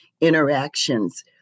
interactions